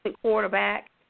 quarterback